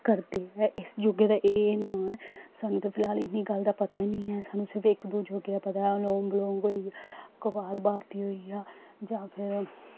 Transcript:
करदे ऐ इस योगे दा एह् एह् नांऽ ऐ सानूं ते फिलहाल इन्नी गल्ल दा पता गै निं ऐ सानूं सिर्फ इक दो योगे दा पता ऐ ओऽम बिलोम होई गेआ कपाल भारती होई गेआ जां फिर